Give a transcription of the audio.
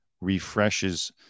refreshes